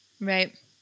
right